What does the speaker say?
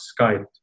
Skype